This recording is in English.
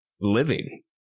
living